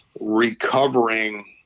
recovering